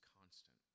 constant